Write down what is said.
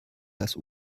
das